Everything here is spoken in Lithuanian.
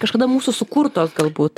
kažkada mūsų sukurtos galbūt